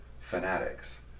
fanatics